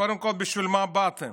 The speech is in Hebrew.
קודם כול, בשביל מה באתם?